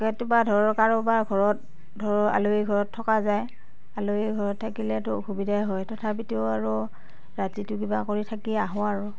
ৰাতিপুৱা ধৰ কাৰোবাৰ ঘৰত ধৰ আলহী ঘৰত থকা যায় আলহী ঘৰত থাকিলেটো অসুবিধাই হয় তথাপিটো আৰু ৰাতিটো কিবা কৰি থাকি আহোঁ আৰু